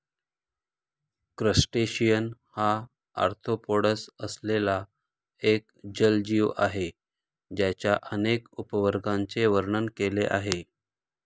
crustacean हा arthropods असलेला एक जलजीव आहे ज्याच्या अनेक उपवर्गांचे वर्णन केले आहे